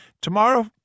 tomorrow